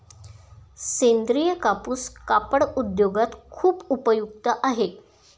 सेंद्रीय कापूस कापड उद्योगात खूप उपयुक्त आहे